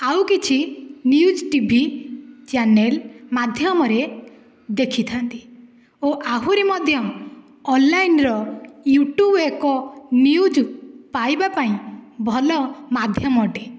ଆଉ କିଛି T V news channel ମାଧ୍ୟମରେ ଦେଖିଥାନ୍ତି ଓ ଆହୁରି ମଧ୍ୟ ଅନ୍ଲାଇନ୍ର ୟୁଟ୍ୟୁବ୍ ଏକ ନ୍ୟୁଜ୍ ପାଇବା ପାଇଁ ଭଲ ମାଧ୍ୟମ ଅଟେ